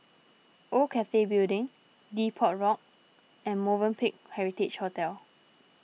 Old Cathay Building Depot Walk and Movenpick Heritage Hotel